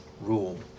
rule